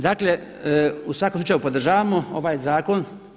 Dakle, u svakom slučaju podržavamo ovaj zakon.